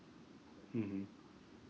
mmhmm